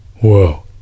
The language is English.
Whoa